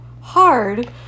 hard